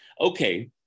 Okay